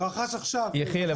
רכש עכשיו --- מתוך חמש --- יחיאל,